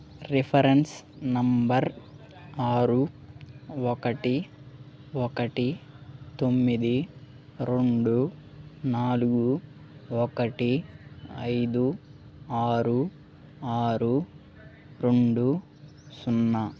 reference number ఆరు ఒకటి ఒకటి తొమ్మిది రెండు నాలుగు ఒకటి ఐదు ఆరు ఆరు రెండు సున్నా